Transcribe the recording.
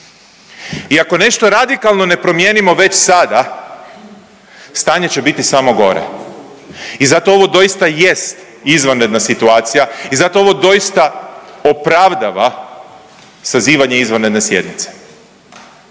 I ako nešto radikalno ne promijenimo već sada stanje će biti samo gore i zato ovo doista jest izvanredna situacija i zato ovo doista opravdava sazivanje izvanredne sjednice.